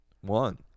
one